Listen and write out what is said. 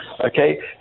okay